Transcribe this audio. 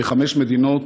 בחמש מדינות,